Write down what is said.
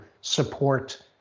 support